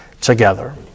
together